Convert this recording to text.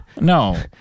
No